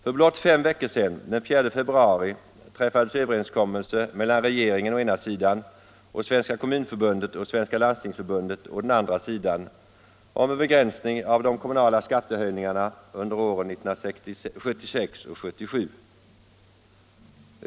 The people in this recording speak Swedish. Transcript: För blott fem veckor sedan, den 4 februari, träffades överenskommelse mellan regeringen å ena sidan och Svenska kommunförbundet och Svenska landstingsförbundet å andra sidan om begränsning av de kommunala skattehöjningarna under åren 1976 och 1977.